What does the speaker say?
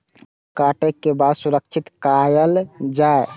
गेहूँ के काटे के बाद सुरक्षित कायल जाय?